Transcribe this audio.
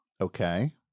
Okay